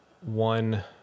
One